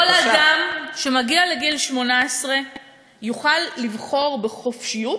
אני רוצה לוודא שכל אדם שמגיע לגיל 18 יוכל לבחור בחופשיות